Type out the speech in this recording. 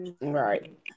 Right